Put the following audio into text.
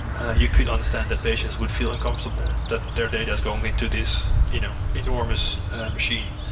you could understand that patients would feel uncomfortable that their data is going into this you know enormous machine,